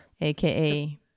AKA